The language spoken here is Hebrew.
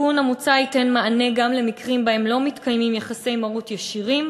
התיקון המוצע ייתן מענה גם למקרים שבהם לא מתקיימים יחסי מרות ישירים,